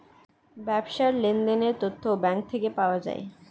ব্যবসার লেনদেনের তথ্য ব্যাঙ্ক থেকে পাওয়া যায়